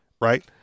right